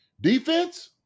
Defense